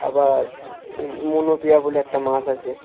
আবার মনোপিয়া বলে একটা মাছ আছেে